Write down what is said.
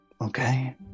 okay